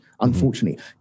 unfortunately